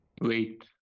Wait